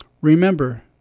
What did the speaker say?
remember